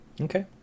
Okay